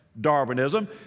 Darwinism